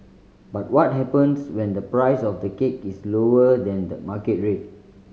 but what happens when the price of the cake is lower than the market rate